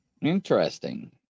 Interesting